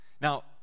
Now